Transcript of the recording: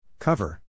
Cover